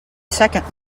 second